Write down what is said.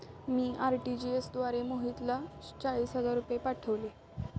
मी RTGS द्वारे मोहितला चाळीस हजार रुपये पाठवले